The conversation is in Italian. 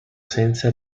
senza